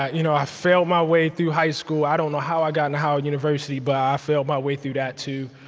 i you know i failed my way through high school. i don't know how i got into and howard university, but i failed my way through that too.